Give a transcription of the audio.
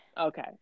okay